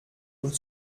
und